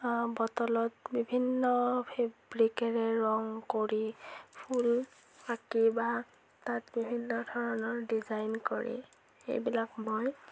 বটলত বিভিন্ন ফেব্ৰিকেৰে ৰং কৰি ফুল আঁকি বা তাত বিভিন্ন ধৰণৰ ডিজাইন কৰি এইবিলাক মই